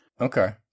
Okay